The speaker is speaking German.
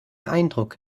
eindruck